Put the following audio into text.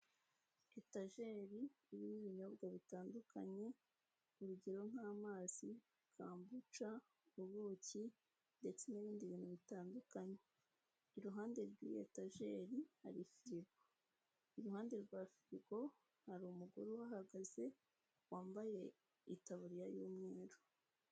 Etageri irimo ibinyobwa bitandukanye urugero: nk'amazi, kambuca, ubuki ndetse n'ibindi bintu bitandukanye. Iruhande rw'iyo etageri hari firigo, iruhande rwa firigo hari umugore uhagaze wambaye itaburiya y'umweru.